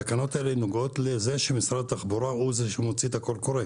התקנות האלה נוגעות לזה שמשרד התחבורה הוא זה שמוציא את הקול קורא.